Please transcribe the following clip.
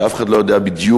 שאף אחד לא יודע בדיוק